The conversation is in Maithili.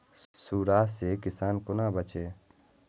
सुंडा से किसान कोना बचे?